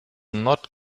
not